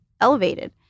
elevated